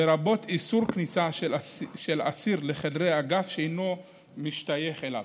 לרבות איסור כניסה של אסיר לחדרי אגף שהוא אינו משתייך אליו.